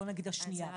בוא נגיד, השנייה כבר.